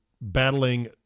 battling